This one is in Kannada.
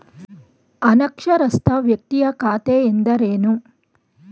ಅನಕ್ಷರಸ್ಥ ವ್ಯಕ್ತಿಯ ಖಾತೆ ಎಂದರೇನು?